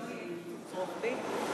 לא יהיה קיצוץ רוחבי?